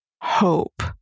hope